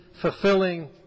fulfilling